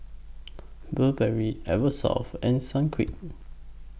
Burberry Eversoft and Sunquick